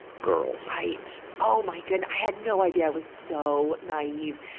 girls. right! oh my good, i had no idea. i was so naive.